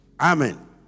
Amen